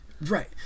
right